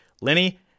Lenny